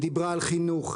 היא דיברה על חינוך,